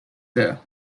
there